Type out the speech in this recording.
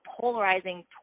polarizing